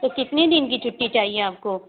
تو کتنے دِن کی چھٹّی چاہیے آپ کو